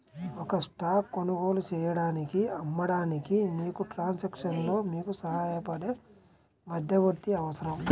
ఒక స్టాక్ కొనుగోలు చేయడానికి, అమ్మడానికి, మీకు ట్రాన్సాక్షన్లో మీకు సహాయపడే మధ్యవర్తి అవసరం